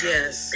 Yes